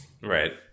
right